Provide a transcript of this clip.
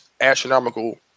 astronomical